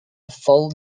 fold